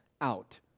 out